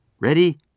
Ready